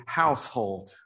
household